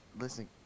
listen